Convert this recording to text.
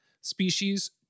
Species